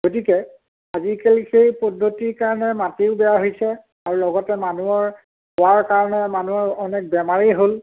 গতিকে আজিকালি সেই পদ্ধতিৰ কাৰণে মাটিও বেয়া হৈছে আৰু লগতে মানুহৰ যাৰ কাৰণে মানুহ অনেক বেমাৰী হ'ল